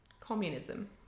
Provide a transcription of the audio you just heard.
Communism